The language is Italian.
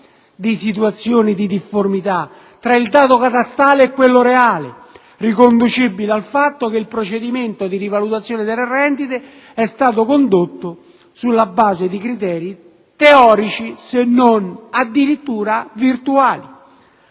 di situazioni di difformità tra il dato catastale e quello reale, riconducibili al fatto che il procedimento di rivalutazione delle rendite è stato condotto sulla base di criteri teorici, se non addirittura virtuali.